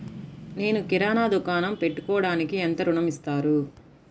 నేను కిరాణా దుకాణం పెట్టుకోడానికి ఎంత ఋణం ఇస్తారు?